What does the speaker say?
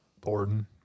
Borden